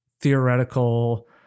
theoretical